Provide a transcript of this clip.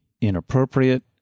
inappropriate